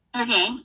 Okay